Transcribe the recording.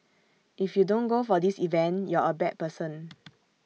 if you don't go for this event you're A bad person